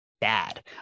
bad